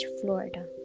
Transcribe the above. Florida